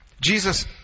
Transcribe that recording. Jesus